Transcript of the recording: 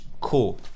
Cool